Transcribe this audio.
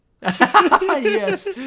Yes